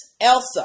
Elsa